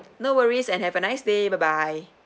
no worries and have a nice day bye bye